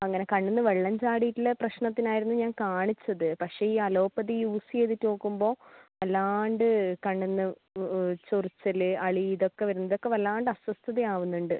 അങ്ങനെ കണ്ണിൽ നിന്ന് വെള്ളം ചാടിയിട്ട് ഉള്ള പ്രശ്നത്തിനായിരുന്നു ഞാൻ കാണിച്ചത് പക്ഷെ ഈ അലോപ്പതി യൂസ് ചെയ്തിട്ട് നോക്കുമ്പോൾ വല്ലാണ്ട് കണ്ണിൽ നിന്ന് ചൊറിച്ചൽ അളി ഇതൊക്കെ വരുന്നു ഇതൊക്കെ വല്ലാണ്ട് അസ്വസ്ഥത ആവുന്നുണ്ട്